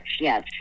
Yes